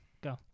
go